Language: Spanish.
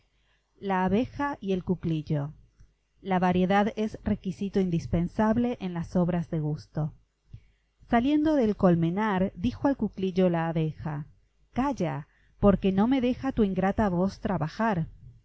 la posteridad y se consuela fábula xx la abeja y el cuclillo la variedad es requisito indispensable en las obras de gusto saliendo del colmenar dijo al cuclillo la abeja calla porque no me deja tu ingrata voz trabajar